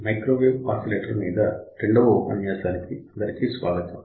microwave oscillator మీద రెండవ ఉపన్యాసానికి అందరికీ స్వాగతం